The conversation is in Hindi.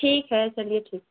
ठीक है चलिए ठीक